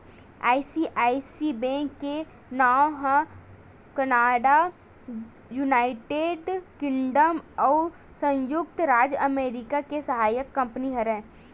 ICICI bank के नांव ह कनाड़ा, युनाइटेड किंगडम अउ संयुक्त राज अमरिका के सहायक कंपनी हरय